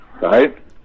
right